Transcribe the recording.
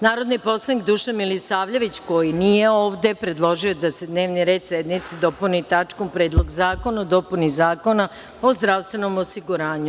Narodni poslanik Dušan Milisavljević, koji nije ovde predložio je da se dnevni red dopuni tačkom Predlog zakona o dopuni Zakona o zdravstvenom osiguranju.